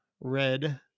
red